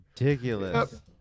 ridiculous